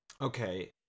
Okay